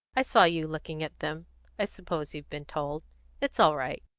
i saw you looking at them i suppose you've been told it's all right.